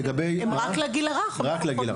רק לגיל הרך.